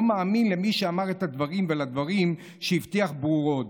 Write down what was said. מאמין למי שאמר את הדברים ולדברים שהבטיח ברורות.